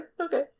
Okay